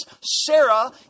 Sarah